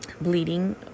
bleeding